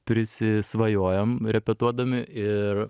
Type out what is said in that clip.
prisisvajojam repetuodami ir